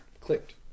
clicked